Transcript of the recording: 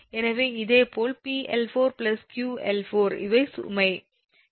எனவே இதேபோல் 𝑃𝐿4𝑗𝑄𝐿4 இவை சுமை